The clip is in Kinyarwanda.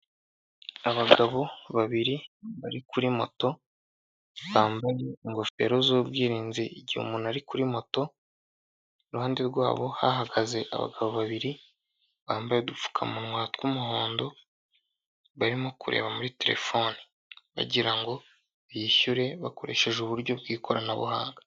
Abagabo babiri bari kuri moto, bambaye ingofero z'ubwirinzi igihe umuntu ari kuri moto. Iruhande rwabo hahagaze abagabo babiri bambaye udupfukamunwa tw'umuhondo, barimo kureba muri telefoni kugira ngo bishyure bakoresheje uburyo bw'ikoranabuhanga.